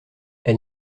elle